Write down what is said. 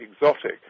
exotic